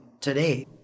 today